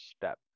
step